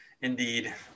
Indeed